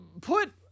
put